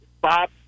Bob